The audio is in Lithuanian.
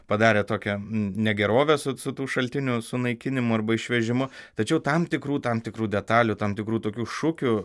padarė tokią negerovę su su tų šaltinių sunaikinimu arba išvežimu tačiau tam tikrų tam tikrų detalių tam tikrų tokių šukių